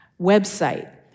website